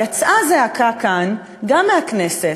יצאה זעקה גם כאן מהכנסת,